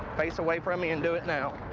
face away from me, and do it now.